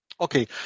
Okay